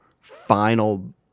final